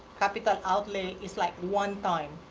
capital outlay is like one time,